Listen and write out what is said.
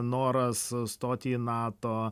noras stoti į nato